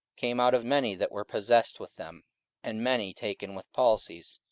came out of many that were possessed with them and many taken with palsies,